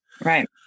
Right